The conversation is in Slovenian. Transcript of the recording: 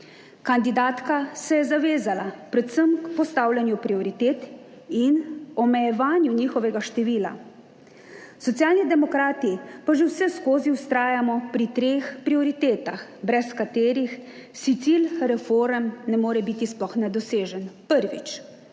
Kandidatka se je zavezala predvsem k postavljanju prioritet in omejevanju njihovega števila. Socialni demokrati pa že vseskozi vztrajamo pri treh prioritetah brez katerih si cilj reform ne more biti sploh nedosežen. Prvič,